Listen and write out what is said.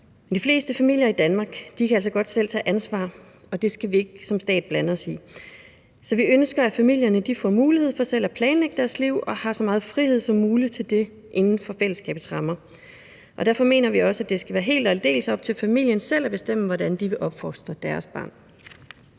De fleste familier i Danmark kan altså godt selv tage ansvar, og det skal vi ikke som stat blande os i. Vi ønsker, at familierne får mulighed for selv at planlægge deres liv og have så meget frihed som muligt til det inden for fællesskabets rammer. Derfor mener vi også, at det skal være helt og aldeles op til familien selv at bestemme, hvordan de vil opfostre deres barn.